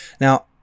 Now